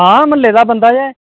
आं म्हल्लै दा बंदा गै